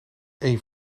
een